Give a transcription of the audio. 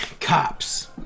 Cops